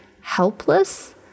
helpless